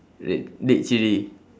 re~ red chilli